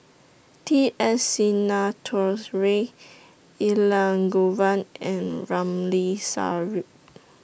T S Sinnathuray Elangovan and Ramli Sarip